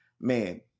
man